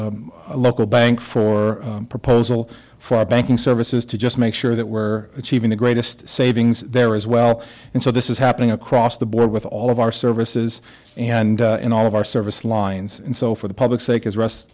a local bank for a proposal for our banking services to just make sure that we're achieving the greatest savings there as well and so this is happening across the board with all of our services and in all of our service lines and so for the public's